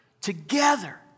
Together